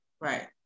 right